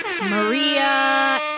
Maria